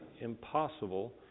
impossible